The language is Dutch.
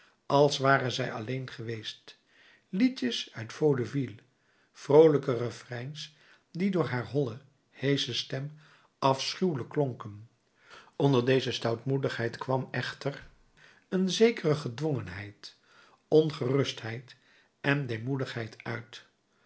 als ware zij alleen geweest liedjes uit vaudevilles vroolijke refreins die door haar holle heesche stem afschuwelijk klonken onder deze stoutmoedigheid kwam echter een zekere gedwongenheid ongerustheid en deemoedigheid uit